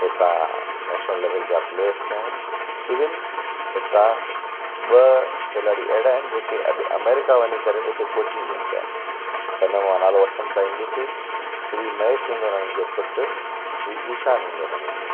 हितां national level जा players थिया आहिनि इवन हितां ॿ खिलाड़ी अहिड़ा आहिनि जेके अॼु अमेरिका वञी करे उते कोचिंग ॾियनि पिया त मां उहो नालो वठणु चाहिंदुसि श्री महेश शिंगोरानी जो पुट श्री ईशान हिंगोरानी जो